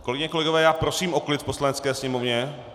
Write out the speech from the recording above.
Kolegyně, kolegové, já prosím o klid v Poslanecké sněmovně.